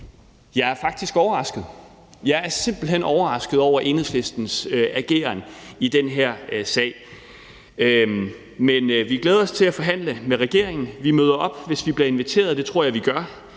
jeg faktisk er overrasket. Jeg er simpelt hen overrasket over Enhedslistens ageren i den her sag. Men vi glæder os til at forhandle med regeringen. Vi møder op, hvis vi bliver inviteret, og det tror jeg at vi gør.